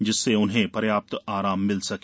जिससे उन्हें पर्याप्त आराम मिल सके